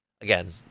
again